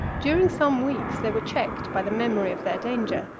during some weeks they were checked by the memory of their danger,